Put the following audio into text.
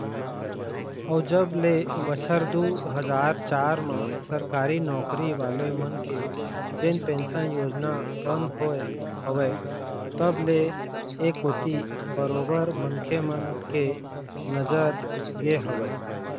अउ जब ले बछर दू हजार चार म सरकारी नौकरी वाले मन के जेन पेंशन योजना बंद होय हवय तब ले ऐ कोती बरोबर मनखे मन के नजर गे हवय